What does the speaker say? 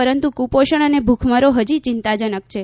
પરંતુ કુપોષણ અને ભૂખમરો હજી ચિંતાજનક છે